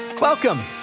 Welcome